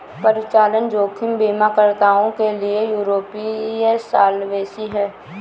परिचालन जोखिम बीमाकर्ताओं के लिए यूरोपीय सॉल्वेंसी है